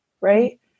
right